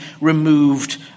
removed